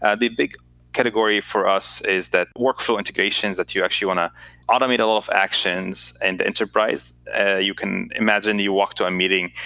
and the big category for us is that workflow integrations, that you actually want to automate a lot of actions. and enterprise you can imagine you walk to a meeting,